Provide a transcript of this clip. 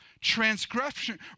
transgression